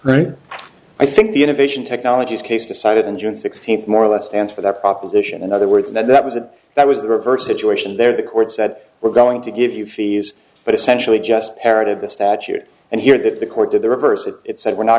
per i think the innovation technologies case decided in june sixteenth more or less stands for the proposition in other words that that was it that was the reverse situation there the court said we're going to give you fees but essentially just parroted the statute and here that the court did the reverse that it said we're not